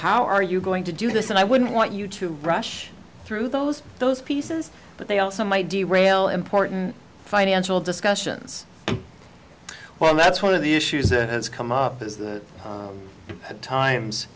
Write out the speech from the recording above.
how are you going to do this and i wouldn't want you to rush through those those pieces but they also might derail important financial discussions well that's one of the issues that has come up as